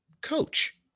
coach